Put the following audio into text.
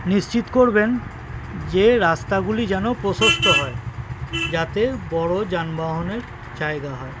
নিশ্চিত করবেন যে রাস্তাগুলি যেন প্রশস্ত হয় যাতে বড় যানবাহনের জায়গা হয়